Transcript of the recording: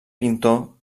pintor